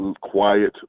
quiet